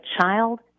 child